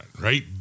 right